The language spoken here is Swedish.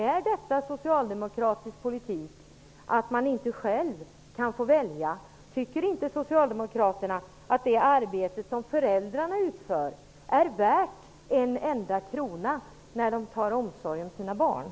Är detta socialdemokratisk politik, att man inte själv får välja? Tycker inte socialdemokraterna att det arbete som föräldrarna utför när de visar omsorg om sina barn är värt en enda krona?